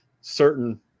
certain